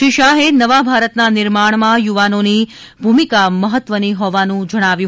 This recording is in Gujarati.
શ્રી શાહે નવા ભારતના નિર્માણમાં યુવાનોની ભૂમિકા મહત્વની હોવાનું જણાવ્યું